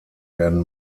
werden